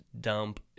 dump